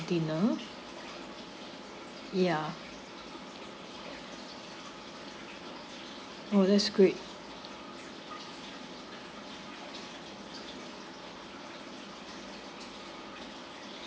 dinner ya oh that's great